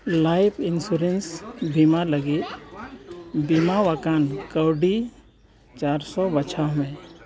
life insurance ᱵᱤᱢᱟ ᱞᱟᱹᱜᱤᱫ ᱵᱤᱢᱟᱣᱟᱠᱟᱱ ᱠᱟᱹᱣᱰᱤ ᱪᱟᱨᱥᱳ ᱵᱟᱪᱷᱟᱣ ᱢᱮ